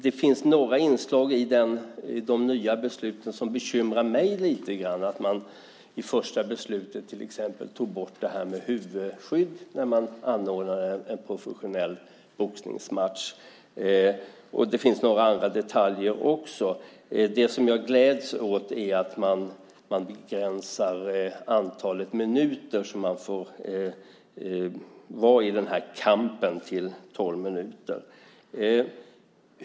I de nya besluten finns det några inslag som bekymrar mig lite grann. I det första beslutet till exempel togs huvudskydd bort vid anordnad professionell boxningsmatch. Det finns också några andra detaljer i sammanhanget. Vad jag gläds åt är att det antal minuter som man får vara i den här kampen begränsas till tolv.